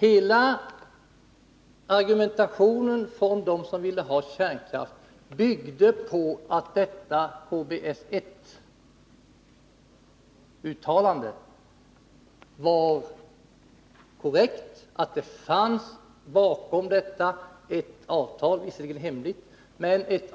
Hela argumentationen från dem som ville ha kärnkraft byggde på att detta KBS 1-uttalande var korrekt, att det bakom fanns ett avtal. Det var visserligen hemligt, men det